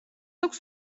აქვს